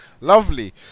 lovely